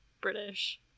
British